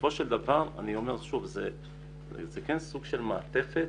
בסופו של דבר אני אומר שוב שזה כן סוג של מעטפת.